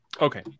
Okay